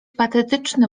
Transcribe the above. patetyczny